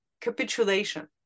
capitulation